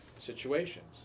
Situations